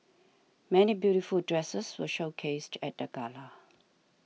many beautiful dresses were showcased at the gala